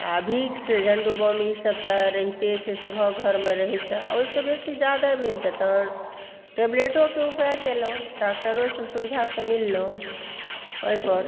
आ भिक्स झण्डुबाम ई सब तऽ रहिते छै सभक घरमे रहिते छै आ ओहिसँ बेसी ज्यादा भेल तऽ तहन टेबलेटोंके उपाय कएलहुॅं डाक्टरोसँ सुविधासँ मिललहुॅं एहि दुआरे